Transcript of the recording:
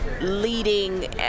leading